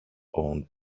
owned